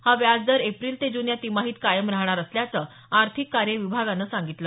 हा व्याजदर एप्रिल ते जून या तिमाहीत कायम राहणार असल्याचं आर्थिक कार्य विभागानं सांगितलं